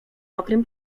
mokrym